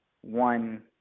one